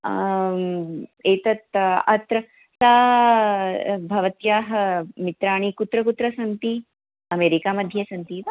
एतत् अत्र सा भवत्याः मित्राणि कुत्र कुत्र सन्ति अमेरिकामध्ये सन्ति वा